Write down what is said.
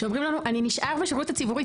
שאומרים לנו: "אני נשאר בשירות הציבורי,